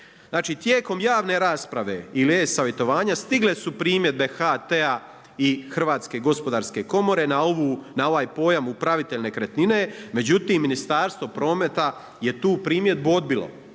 tijekom javne rasprave ili e-savjetovanja stigle su primjedbe HT-a i Hrvatske gospodarske komore na ovaj pojam upravitelj nekretnine. Međutim, Ministarstvo prometa je tu primjedbu odbilo.